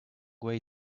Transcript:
way